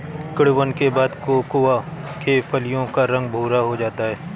किण्वन के बाद कोकोआ के फलियों का रंग भुरा हो जाता है